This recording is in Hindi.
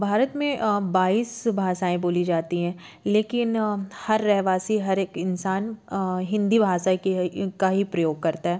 भारत में बाइस भाषाऍं बोली जाती हैं लेकिन हर रहवासी हर एक इंसान हिन्दी भाषा का ही प्रयोग करता है